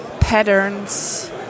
patterns